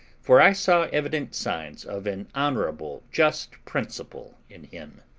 for i saw evident signs of an honourable just principle in him.